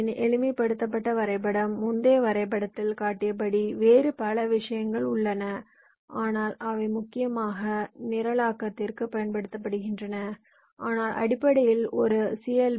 பியின் எளிமைப்படுத்தப்பட்ட வரைபடம் முந்தைய வரைபடத்தில் காட்டியபடி வேறு பல விஷயங்கள் உள்ளன ஆனால் அவை முக்கியமாக நிரலாக்கத்திற்காகப் பயன்படுத்தப்படுகின்றன ஆனால் அடிப்படையில் ஒரு சி